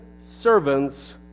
servants